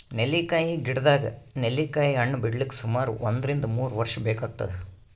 ನೆಲ್ಲಿಕಾಯಿ ಗಿಡದಾಗ್ ನೆಲ್ಲಿಕಾಯಿ ಹಣ್ಣ್ ಬಿಡ್ಲಕ್ ಸುಮಾರ್ ಒಂದ್ರಿನ್ದ ಮೂರ್ ವರ್ಷ್ ಬೇಕಾತದ್